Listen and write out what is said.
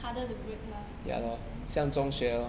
harder to break lah in some sense